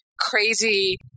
crazy